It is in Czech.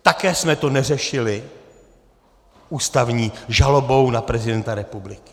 Také jsme to neřešili ústavní žalobou na prezidenta republiky.